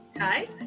Hi